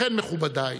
לכן, מכובדיי,